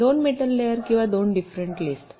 तर 2 metal layer किंवा 2 different list